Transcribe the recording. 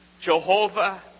Jehovah